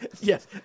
Yes